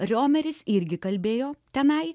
riomeris irgi kalbėjo tenai